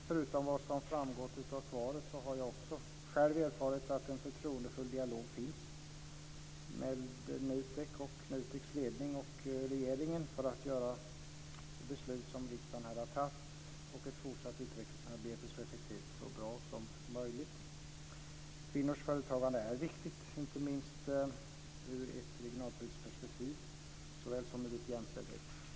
Förutom vad som framgår av svaret har jag själv också erfarit att en förtroendefull dialog finns med NUTEK:s ledning och regeringen för att genomföra det beslut som riksdagen har fattat och ett fortsatt utvecklingsarbete så effektivt och bra som möjligt. Kvinnors företagande är viktigt, inte minst ur ett regionalpolitiskt perspektiv såväl som ur ett jämställdhetsperspektiv.